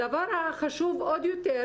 הדבר החשוב עוד יותר,